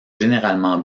généralement